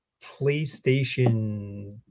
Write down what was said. PlayStation